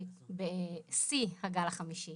בשיא הגל החמישי.